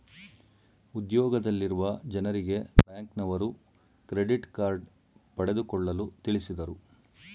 ಉದ್ಯೋಗದಲ್ಲಿರುವ ಜನರಿಗೆ ಬ್ಯಾಂಕ್ನವರು ಕ್ರೆಡಿಟ್ ಕಾರ್ಡ್ ಪಡೆದುಕೊಳ್ಳಲು ತಿಳಿಸಿದರು